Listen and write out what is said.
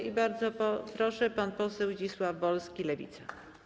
I bardzo proszę, pan poseł Zdzisław Wolski, Lewica.